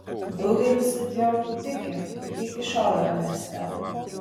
daugelis etiopų tiki kad ji iki šiol yra mieste